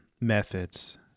methods